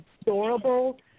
adorable